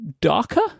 darker